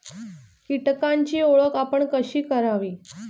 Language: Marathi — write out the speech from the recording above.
कीटकांची ओळख आपण कशी करावी?